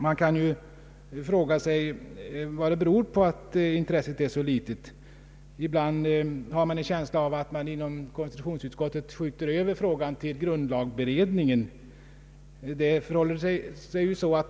Man kan fråga vad det beror på att intresset är så litet. Ibland har man en känsla av att konstitutionsutskottet vill skjuta över frågan till grundlagberedningen.